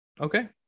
Okay